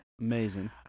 Amazing